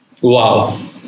Wow